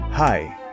Hi